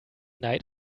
neid